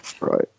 Right